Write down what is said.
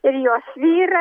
ir jos vyrą